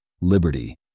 liberty